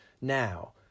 now